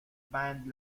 band